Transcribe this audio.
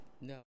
No